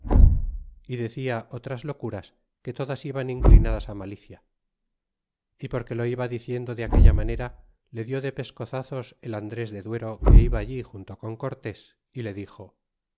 y decia otras locuras que todas iban inclinadas malicia y porque lo iba diciendo de aquella manera le di de pescozazos el andres de duero que iba allí junto con cortés y le dixo